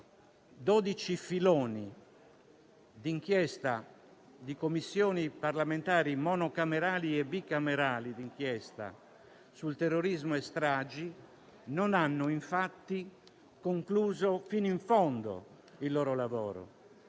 filoni di inchiesta di Commissioni parlamentari monocamerali e bicamerali d'inchiesta sul terrorismo e sulle stragi non hanno infatti concluso fino in fondo il loro lavoro,